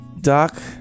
Doc